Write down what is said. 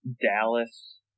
Dallas